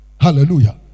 Hallelujah